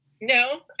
No